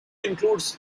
includes